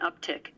uptick